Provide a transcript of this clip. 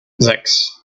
sechs